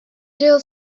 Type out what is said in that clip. jill